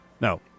No